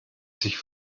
sich